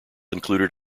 included